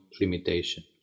limitation